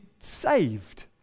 saved